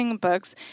Books